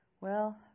Well